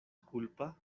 kulpa